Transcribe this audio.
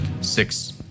six